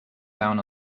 down